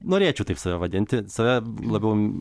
norėčiau taip save vadinti save labiau